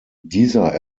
dieser